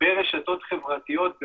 ברשתות חברתיות,